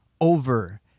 over